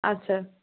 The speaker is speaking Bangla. আচ্ছা